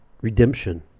redemption